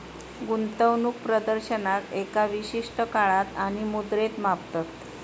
गुंतवणूक प्रदर्शनाक एका विशिष्ट काळात आणि मुद्रेत मापतत